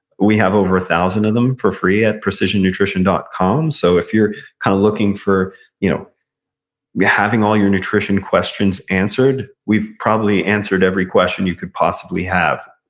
we have over a thousand of them for free at precisionnutrition dot com. so if you're kind of looking for you know having all your nutrition questions answered, we've probably answered every question you could possibly have.